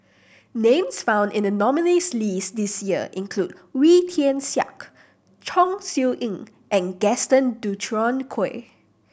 names found in the nominees' list this year include Wee Tian Siak Chong Siew Ying and Gaston Dutronquoy